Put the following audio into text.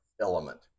element